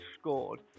scored